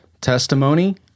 testimony